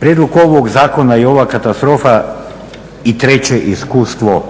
Prijedlog ovog zakona i ova katastrofa i treće iskustvo